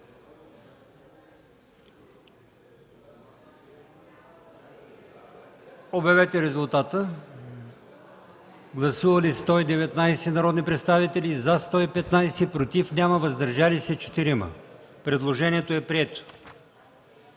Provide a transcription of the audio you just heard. на гласуване. Гласували 119 народни представители: за 112, против 2, въздържали се 5. Предложението е прието.